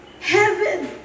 Heaven